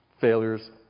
Failures